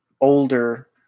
older